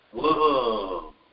Whoa